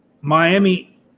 Miami